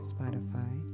Spotify